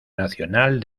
nacional